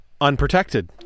unprotected